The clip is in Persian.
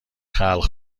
خلق